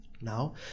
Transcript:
now